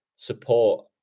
support